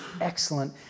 excellent